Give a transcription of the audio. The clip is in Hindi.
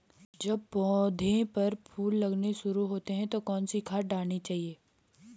जब पौधें पर फूल लगने शुरू होते हैं तो कौन सी खाद डालनी चाहिए?